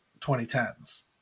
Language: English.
2010s